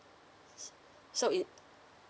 so it